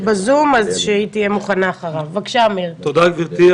תודה גברתי.